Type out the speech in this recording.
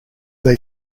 they